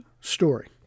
story